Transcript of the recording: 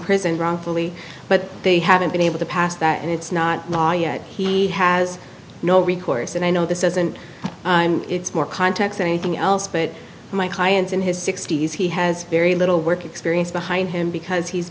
prisoned wrongfully but they haven't been able to pass that and it's not law yet he has no recourse and i know this as and i'm it's more contacts anything else but my client's in his sixty's he has very little work experience behind him because he's